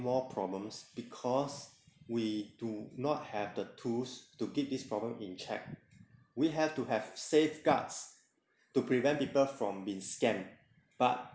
more problems because we do not have the tools to keep this problem in check we have to have safeguards to prevent people from been scammed but